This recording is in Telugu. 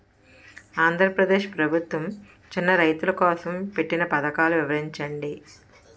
ఆంధ్రప్రదేశ్ ప్రభుత్వ చిన్నా రైతుల కోసం పెట్టిన పథకాలు వివరించండి?